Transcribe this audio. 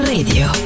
Radio